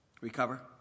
recover